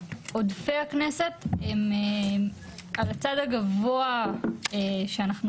עודפי הכנסת הם על הצד הגבוה שאנחנו